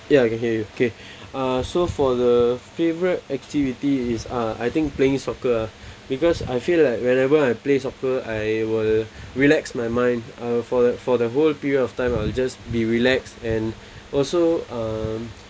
ya I can hear you okay uh so for the favorite activity is ah I think playing soccer because I feel like whenever I play soccer I will relax my mind uh for the for the whole period of time I'll just be relaxed and also um